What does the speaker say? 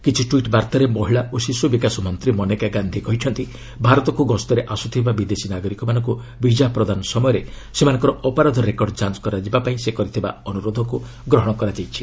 କିଛି ଟ୍ୱିଟ୍ ବାର୍ତ୍ତାରେ ମହିଳା ଓ ଶିଶୁ ବିକାଶ ମନ୍ତ୍ରୀ ମନେକା ଗାନ୍ଧି କହିଛନ୍ତି ଭାରତକୁ ଗସ୍ତରେ ଆସୁଥିବା ବିଦେଶୀ ନାଗରିକମାନଙ୍କୁ ବିଜା ପ୍ରଦାନ ସମୟରେ ସେମାନଙ୍କର ଅପରାଧ ରେକର୍ଡ ଯାଞ୍ଚ କରାଯିବା ପାଇଁ ସେ କରିଥିବା ଅନୁରୋଧକୁ ଗ୍ରହଣ କରାଯାଇଛି